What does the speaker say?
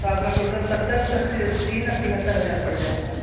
तो आपका टोटल सत्तर प्लस तीन और तिहत्तर हज़ार पड़ जाएगा